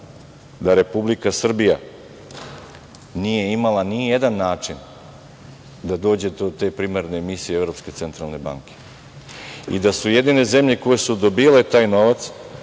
da Republika Srbija nije imala nijedan način da dođe do te primarne emisije Evropske centralne banke i da su jedine zemlje koje su dobijale taj novac,